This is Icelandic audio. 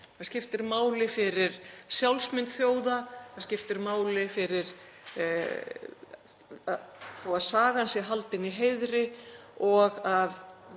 Það skiptir máli fyrir sjálfsmynd þjóða. Það skiptir máli svo að sagan sé haldin í heiðri og að